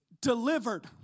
delivered